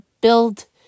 build